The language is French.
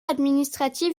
administratif